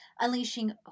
unleashing